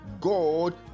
God